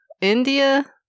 India